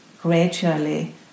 gradually